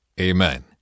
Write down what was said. Amen